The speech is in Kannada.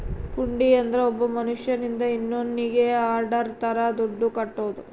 ಹುಂಡಿ ಅಂದ್ರ ಒಬ್ಬ ಮನ್ಶ್ಯನಿಂದ ಇನ್ನೋನ್ನಿಗೆ ಆರ್ಡರ್ ತರ ದುಡ್ಡು ಕಟ್ಟೋದು